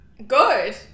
good